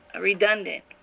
redundant